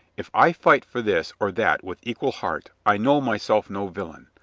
if i fight for this or that with equal heart, i know myself no villain.